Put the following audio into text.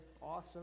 Awesome